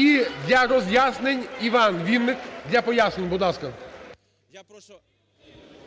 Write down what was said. І для роз'яснень – ІванВінник. Для пояснень. Будь ласка.